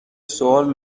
سوال